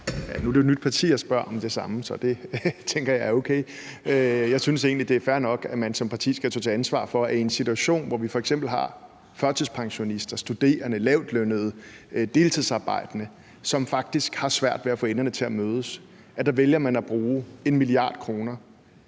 Nu er det jo et nyt parti, jeg spørger om det samme, så det tænker jeg er okay. Jeg synes egentlig, det er fair nok, at man som parti skal stå til ansvar for, at man i en situation, hvor vi f.eks. har førtidspensionister, studerende, lavtlønnede og deltidsarbejdende, som faktisk har svært ved at få enderne til at mødes, vælger at bruge 1 mia. kr.